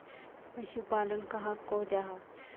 पशुपालन कहाक को जाहा?